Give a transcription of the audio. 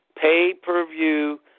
pay-per-view